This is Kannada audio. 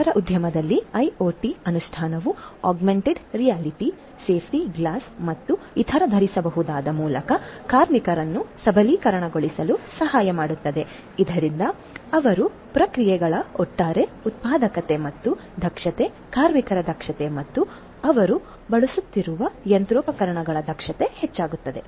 ಆಹಾರ ಉದ್ಯಮದಲ್ಲಿ ಐಒಟಿ ಅನುಷ್ಠಾನವು ಆಗಮೆಂಟೆಡ್ ರಿಯಾಲಿಟಿ ಸೇಫ್ಟಿ ಗ್ಲಾಸ್ ಮತ್ತು ಇತರ ಧರಿಸಬಹುದಾದ ಮೂಲಕ ಕಾರ್ಮಿಕರನ್ನು ಸಬಲೀಕರಣಗೊಳಿಸಲು ಸಹಾಯ ಮಾಡುತ್ತದೆ ಇದರಿಂದಾಗಿ ಅವರ ಪ್ರಕ್ರಿಯೆಗಳ ಒಟ್ಟಾರೆ ಉತ್ಪಾದಕತೆ ಮತ್ತು ದಕ್ಷತೆ ಕಾರ್ಮಿಕರ ದಕ್ಷತೆ ಮತ್ತು ಅವರು ಬಳಸುತ್ತಿರುವ ಯಂತ್ರೋಪಕರಣಗಳ ದಕ್ಷತೆ ಹೆಚ್ಚಾಗುತ್ತದೆ